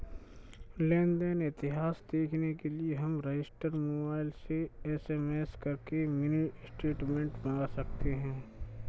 लेन देन इतिहास देखने के लिए हम रजिस्टर मोबाइल से एस.एम.एस करके मिनी स्टेटमेंट मंगा सकते है